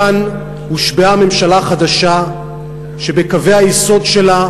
כאן הושבעה ממשלה חדשה שבקווי היסוד שלה